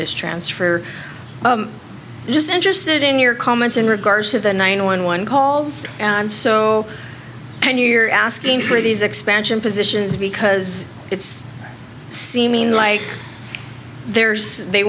this transfer just interested in your comments in regards to the nine one one calls and so when you're asking for these expansion positions because it's seeming like there's they